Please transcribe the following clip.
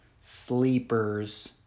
sleepers